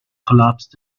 collapsed